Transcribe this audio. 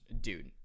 Dude